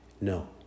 No